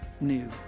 new